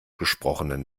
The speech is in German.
gesprochenen